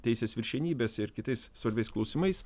teisės viršenybės ir kitais svarbiais klausimais